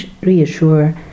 reassure